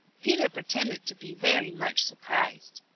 peter pretended to be very much surprised.